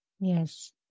Yes